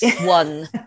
one